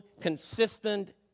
consistent